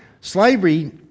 Slavery